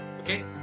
okay